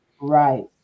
Right